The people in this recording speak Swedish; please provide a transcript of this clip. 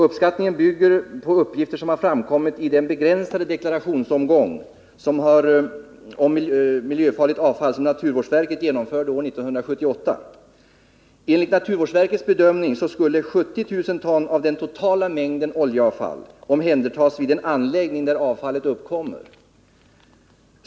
Uppskattningen bygger på uppgifter som framkommit i den begränsade deklarationsomgång om miljöfarligt avfall som naturvårdsverket genomförde 1978. Enligt naturvårdsverkets bedömning skulle 70 000 ton av den totala mängden oljeavfall omhändertas vid den anläggning där avfallet uppkommer.